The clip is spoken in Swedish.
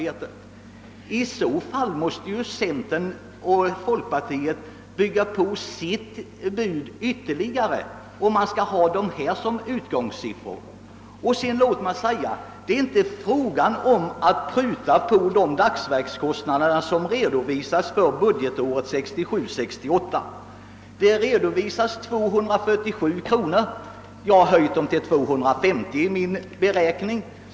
Om man tar dessa belopp som utgångssiffror måste väl centern och folkpartiet bygga på sina bud ytterligare. Tillåt mig säga att det inte är fråga om att pruta på de dagsverkskostnader som redovisas för budgetåret 1967/68. Där redovisas 247 kronor för allmänna beredskapsarbeten. Jag har höjt detta belopp till 250 kronor i min beräkning.